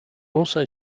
also